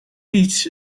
iets